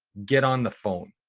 get on the phone.